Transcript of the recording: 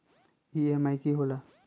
EMI की होला?